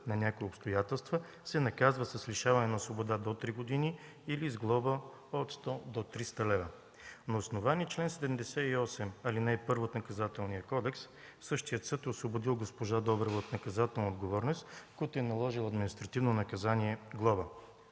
на някои обстоятелства, се наказва с лишаване от свобода до три години или с глоба от 100 до 300 лв.”. На основание чл. 78, ал. 1 от Наказателния кодекс същият съд е освободил госпожа Добрева от наказателна отговорност, като й е наложил административно наказание „глоба”.